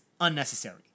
unnecessary